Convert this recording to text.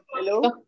Hello